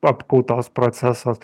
apkaltos procesas